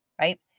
Right